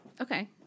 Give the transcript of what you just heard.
Okay